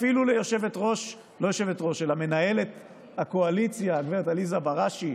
אפילו למנהלת הקואליציה גב' עליזה בראשי,